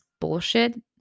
bullshit